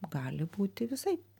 gali būti visaip